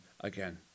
again